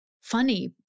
funny